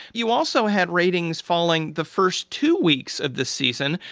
you also had ratings falling the first two weeks of the season,